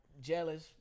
jealous